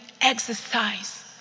Exercise